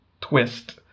twist